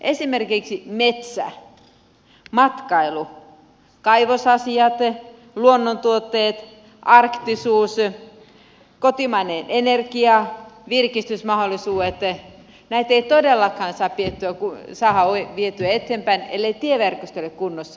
esimerkiksi metsä matkailu kaivosasiat luonnontuotteet arktisuus kotimainen energia virkistysmahdollisuudet näitä ei todellakaan saa vietyä eteenpäin ellei tieverkosto ole kunnossa